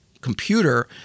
computer